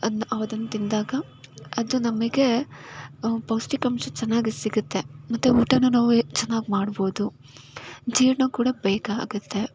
ಅದನ್ನ ನಾವದನ್ನು ತಿಂದಾಗ ಅದು ನಮಗೆ ಪೌಷ್ಠಿಕಾಂಶ ಚೆನ್ನಾಗಿ ಸಿಗುತ್ತೆ ಮತ್ತು ಊಟನೂ ನಾವು ಹೆಚ್ಚು ಚೆನ್ನಾಗಿ ಮಾಡ್ಬೋದು ಜೀರ್ಣ ಕೂಡ ಬೇಗ ಆಗುತ್ತೆ